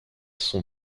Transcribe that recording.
sont